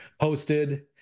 posted